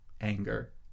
anger